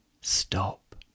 Stop